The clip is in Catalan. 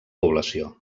població